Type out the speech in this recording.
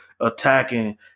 attacking